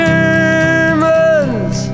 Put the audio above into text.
Germans